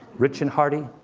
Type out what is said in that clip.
rich and hearty,